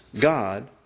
God